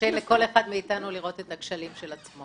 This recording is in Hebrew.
קשה לכל אחד מאיתנו לראות את הכשלים של עצמו.